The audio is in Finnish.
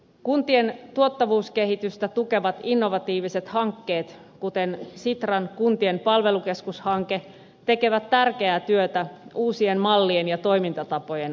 kuntien tuottavuuskehitystä tukevat innovatiiviset hankkeet kuten sitran kuntien palvelukeskushanke tekevät tärkeää työtä uusien mallien ja toimintatapojen osalta